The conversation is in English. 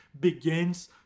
begins